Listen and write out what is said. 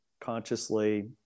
consciously